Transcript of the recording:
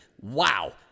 Wow